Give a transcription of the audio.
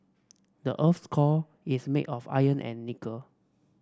the earth's core is made of iron and nickel